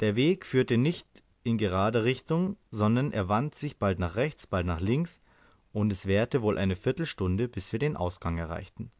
der weg führte nicht in gerader richtung sondern er wand sich bald nach rechts bald nach links und es währte wohl eine viertelstunde bis wir den ausgang erreichten